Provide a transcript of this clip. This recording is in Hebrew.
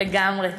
לגמרי.